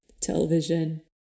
television